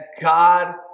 God